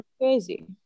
crazy